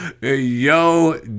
Yo